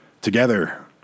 together